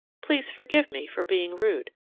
please forgive me for being rude.